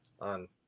on